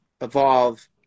evolve